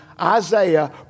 Isaiah